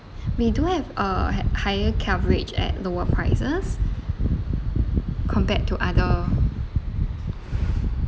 we do have uh had higher coverage at lower prices compared to other